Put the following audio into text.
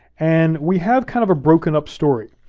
and we have kind of a broken up story.